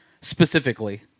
specifically